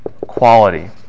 quality